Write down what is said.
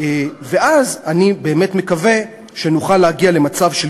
ואז באמת אני מקווה שנוכל להגיע למצב של